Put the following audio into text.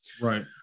Right